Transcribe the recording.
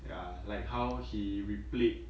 ya like how he replayed